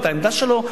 את העמדה שלו,